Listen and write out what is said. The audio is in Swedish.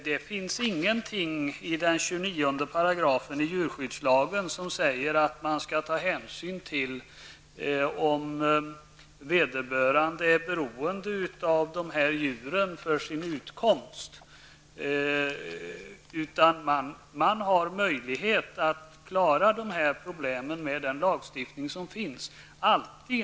Det finns ingenting i 29 § djurskyddslagen som säger att man skall ta hänsyn till om vederbörande är beroende av djuren för sin utkomst, utan man har möjlighet att klara problemen med den lagstiftning som finns.